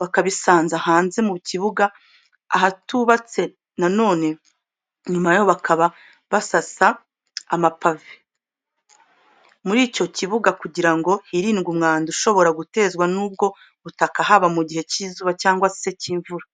bakabisanza hanze mu kibuga ahatubatse noneho nyuma y'aho bakaba basasa amapave muri icyo kibuga kugira ngo hirindwe umwanda ushobora gutezwa n'ubwo butaka haba mu gihe cy'izuba cyangwa se icy'imvura.